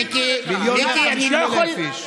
מיליון ו-150,000 איש.